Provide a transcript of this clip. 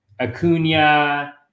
Acuna